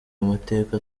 amateka